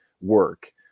work